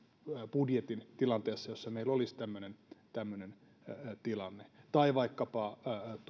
budjetin tilanteessa jossa meillä olisi tämmöinen tämmöinen tilanne tai vaikkapa